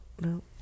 no